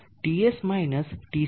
TS minus TC